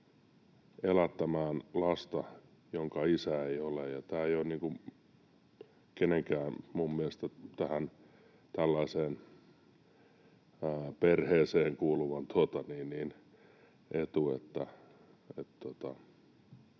elättämään lasta, jonka isä ei ole. Tämä ei ole minun mielestäni kenenkään tällaiseen